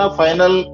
final